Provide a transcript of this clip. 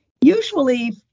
Usually